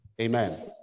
Amen